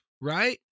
right